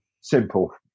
simple